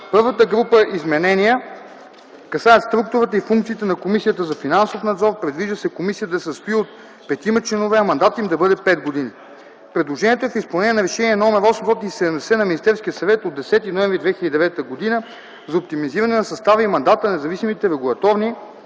Първата група изменения касаят структурата и функциите на Комисията за финансов надзор. Предвижда се комисията да се състои от 5-ма членове, а мандатът им да бъде 5 години. Предложението е в изпълнение на Решение № 870 на Министерския съвет от 10 ноември 2009 г. за оптимизиране на състава и мандата на независимите регулаторни